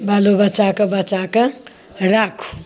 बालो बच्चाके बचाके राखु